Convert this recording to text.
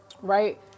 Right